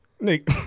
Nick